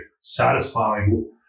satisfying